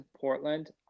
Portland